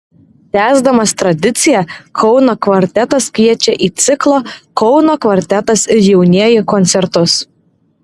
tęsdamas tradiciją kauno kvartetas kviečia į ciklo kauno kvartetas ir jaunieji koncertus